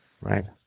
Right